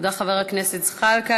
תודה רבה, חבר הכנסת זחאלקה.